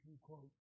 quote